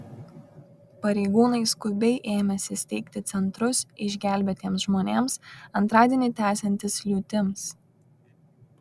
pareigūnai skubiai ėmėsi steigti centrus išgelbėtiems žmonėms antradienį tęsiantis liūtims